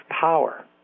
power